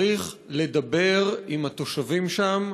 צריך לדבר עם התושבים שם